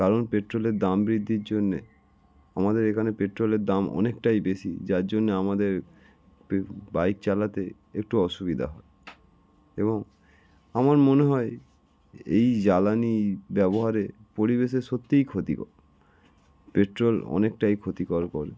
কারণ পেট্রোলের দাম বৃদ্ধির জন্যে আমাদের এখানে পেট্রোলের দাম অনেকটাই বেশি যার জন্যে আমাদের বাইক চালাতে একটু অসুবিধা হয় এবং আমার মনে হয় এই জ্বালানি ব্যবহারে পরিবেশের সত্যিই ক্ষতিকর পেট্রোল অনেকটাই ক্ষতিকর করে